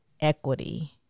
equity